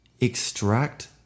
extract